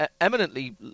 eminently